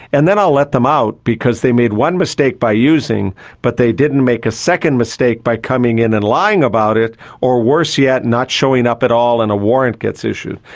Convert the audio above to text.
and then i'll let them out because they made one mistake by using but they didn't make a second mistake by coming in and lying about it or, worse yet, not showing up at all and a warrant gets issued.